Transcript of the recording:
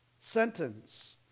sentence